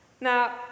Now